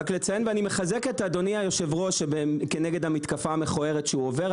ואני מחזק את אדוני היושב-ראש כנגד המתקפה המכוערת שהוא עובר,